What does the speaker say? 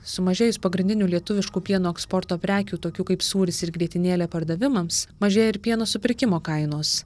sumažėjus pagrindinių lietuviškų pieno eksporto prekių tokių kaip sūris ir grietinėlė pardavimams mažėja ir pieno supirkimo kainos